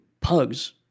Pugs